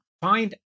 find